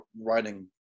writing